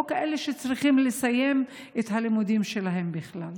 או כאלה שצריכים לסיים את הלימודים שלהם בכלל.